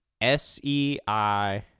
s-e-i